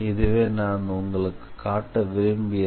இதுவே நான் உங்களுக்கு காட்ட விரும்பியது